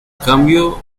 cambio